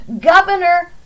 Governor